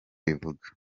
rivuga